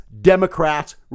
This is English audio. Democrats